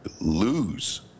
lose